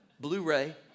Blu-ray